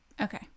Okay